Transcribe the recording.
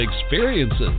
experiences